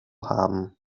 haben